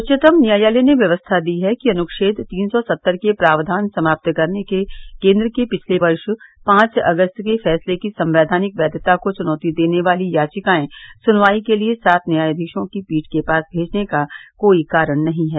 उच्चतम न्यायालय ने व्यक्स्था दी है कि अनुच्छेद तीन सौ सत्तर के प्रावधान समाप्त करने के केन्द्र के पिछले वर्ष पांच अगस्त के फैसले की संवैधानिक बैघता को चुनौती देने वाली यायिकाएं सुनवाई के लिए सात न्यायाधीशों की पीठ के पास भेजने का कोई कारण नहीं है